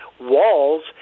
walls